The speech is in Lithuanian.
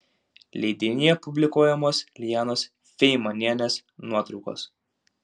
leidinyje publikuojamos lijanos feimanienės nuotraukos